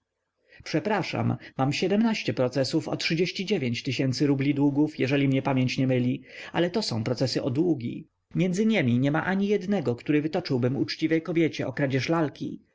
przepraszam mam siedmnaście procesów o rubli długów jeżeli mnie pamięć nie myli ale to są procesy o długi między niemi niema ani jednego który wytoczyłbym uczciwej kobiecie o kradzież lalki